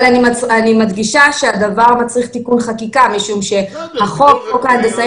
אבל אני מדגישה שהדבר מצריך תיקון חקיקה משום שחוק ההנדסאים